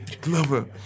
Glover